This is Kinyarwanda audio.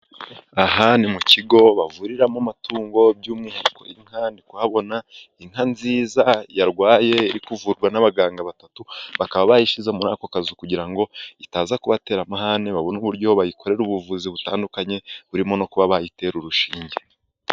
aha ni mu kigo bavuriramo amatungo by'umwihariko kandi ndikuhabona inka nziza yarwaye iri kuvurwa n'abaganga batatu bakaba bayishyize muri ako kazu kugira ngo itaza kubatera amahane babone uburyo bayikorera ubuvuzi butandukanye burimo no kuba bayitera urushinge